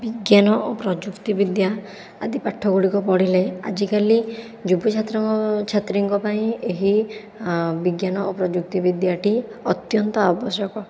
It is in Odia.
ବିଜ୍ଞାନ ଓ ପ୍ରଯୁକ୍ତି ବିଦ୍ୟା ଆଦି ପାଠଗୁଡ଼ିକ ପଢ଼ିଲେ ଆଜିକାଲି ଯୁବ ଛାତ୍ରଛାତ୍ରୀଙ୍କ ପାଇଁ ଏହି ବିଜ୍ଞାନ ଓ ପ୍ରଯୁକ୍ତି ବିଦ୍ୟାଟି ଅତ୍ୟନ୍ତ ଆବଶ୍ୟକ